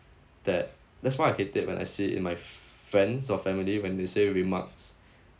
that that's why I hate it when I see in my friends or family when they say remarks